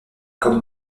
comme